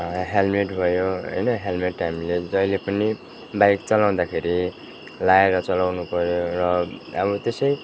helmet भयो होइन helmet हामीले जहिले पनि बाइक चलाउँदाखेरि लाएर चलाउनु पऱ्यो र अब त्यसै